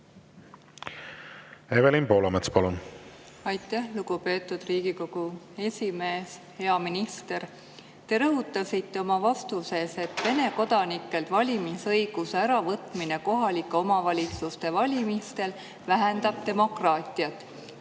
Evelin Poolamets, palun! Aitäh, lugupeetud Riigikogu esimees! Hea minister! Te rõhutasite oma vastuses, et Vene kodanikelt valimisõiguse äravõtmine kohalike omavalitsuste valimistel vähendab demokraatiat.